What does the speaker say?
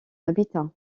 habitat